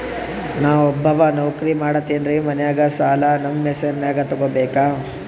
ನಾ ಒಬ್ಬವ ನೌಕ್ರಿ ಮಾಡತೆನ್ರಿ ಮನ್ಯಗ ಸಾಲಾ ನಮ್ ಹೆಸ್ರನ್ಯಾಗ ತೊಗೊಬೇಕ?